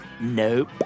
Nope